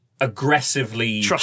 aggressively